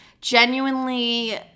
Genuinely